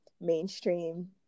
mainstream